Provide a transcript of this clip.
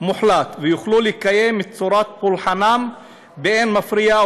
מוחלט ויוכלו לקיים את צורת פולחנם באין מפריע,